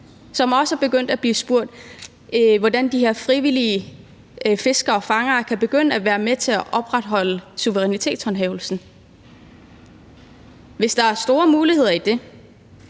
som også er blevet spurgt om, hvordan de her frivillige fiskere og fangere kan begynde at være med til at sikre suverænitetshåndhævelsen. Hvis der er store muligheder i det,